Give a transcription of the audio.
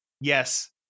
Yes